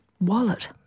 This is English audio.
Wallet